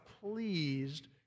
pleased